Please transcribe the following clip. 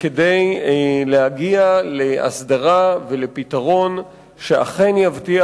וכדי להגיע להסדרה ולפתרון שאכן יבטיח